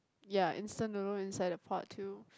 ya instant noodle inside the pot too